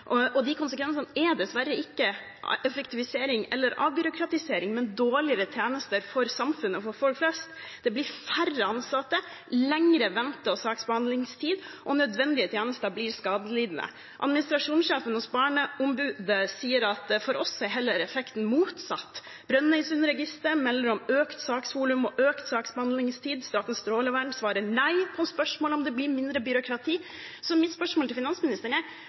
De konsekvensene er dessverre ikke effektivisering eller avbyråkratisering, men dårligere tjenester for samfunnet og for folk flest. Det blir færre ansatte, lengre vente- og saksbehandlingstid, og nødvendige tjenester blir skadelidende. Administrasjonssjefen hos Barneombudet sier at for dem er effekten heller motsatt. Brønnøysundregistrene melder om økt saksvolum og økt saksbehandlingstid. Statens strålevern svarer nei på spørsmålet om det blir mindre byråkrati. Mitt spørsmål til finansministeren er: Har man egentlig sett på om dette gir mer effektivitet i offentlig sektor? Det er